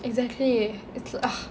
exactly it's